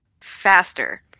faster